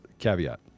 caveat